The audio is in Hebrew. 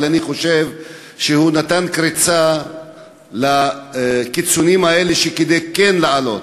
אבל אני חושב שהוא נתן קריצה לקיצונים האלה שכדאי כן לעלות,